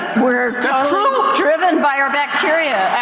we're driven by our bacteria,